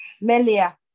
Melia